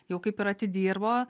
jau kaip ir atidirbo